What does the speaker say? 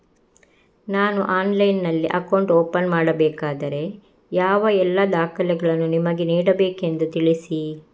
ನಾನು ಆನ್ಲೈನ್ನಲ್ಲಿ account open ಮಾಡಬೇಕಾದರೆ ಯಾವ ಎಲ್ಲ ದಾಖಲೆಗಳನ್ನು ನಿಮಗೆ ನೀಡಬೇಕೆಂದು ತಿಳಿಸಿ?